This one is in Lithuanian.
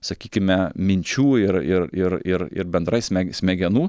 sakykime minčių ir ir ir ir ir bendrai sme smegenų